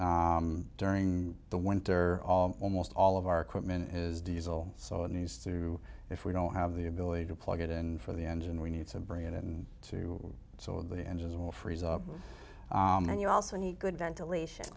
crowded during the winter almost all of our equipment is diesel so it needs to if we don't have the ability to plug it in for the engine we need to bring it in too so the engines will freeze up and you also need good ventilation